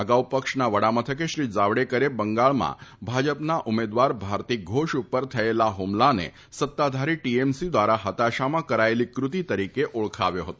અગાઉ પક્ષના વડામથકે શ્રી જાવડેકરે બંગાળમાં ભાજપના ઉમેદવાર ભારતી ધોષ ઉપર થયેલા ફુમલાને સત્તાધારી ટીએમસી દ્વારા હતાશામાં કરાયેલી કૃતિ તરીકે ઓળખાવ્યો હતો